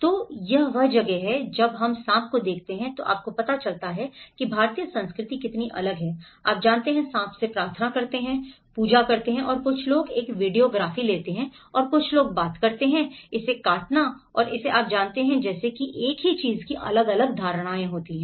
तो यह वह जगह है जब हम सांप को देखते हैं तो आपको पता चलता है कि भारतीय संस्कृति कितनी अलग है आप जानते हैं सांप से प्रार्थना करते हैं और कुछ लोग एक वीडियोग्राफी लेते हैं और कुछ लोग बात करते हैं इसे काटना और इसे आप जानते हैं जैसे कि एक ही चीज की अलग अलग धारणाएं होती हैं